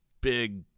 big